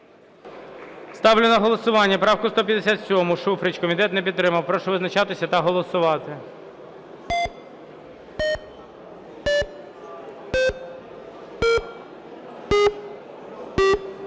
Ставлю на голосування правку 157, Шуфрич. Комітет не підтримав. Прошу визначатися та голосувати.